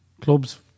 clubs